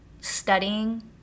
studying